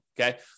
okay